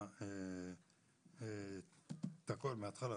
צהריים טובים.